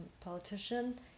politician